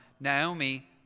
Naomi